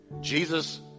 Jesus